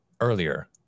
earlier